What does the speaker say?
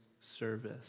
service